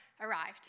arrived